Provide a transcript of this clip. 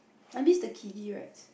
I miss the kiddy rides